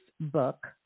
book